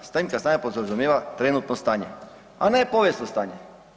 Snimka stanja podrazumijeva trenutno stanje, a ne povijesno stanje.